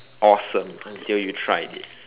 awesome until you tried it